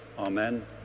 Amen